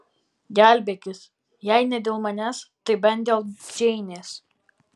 gelbėkis jei ne dėl manęs tai bent dėl džeinės